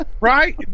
Right